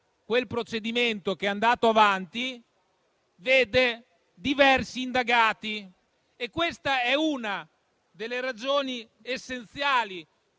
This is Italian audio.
quel procedimento, che è andato avanti, vede diversi indagati. Questa è una delle ragioni essenziali